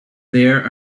there